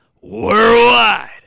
worldwide